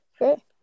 Okay